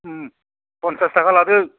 पन्सास ताका लादो